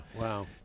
wow